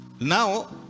Now